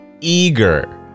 eager